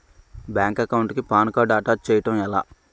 Bank account కి PAN card attach చేయడం ఎలా?